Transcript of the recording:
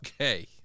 Okay